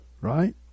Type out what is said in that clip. right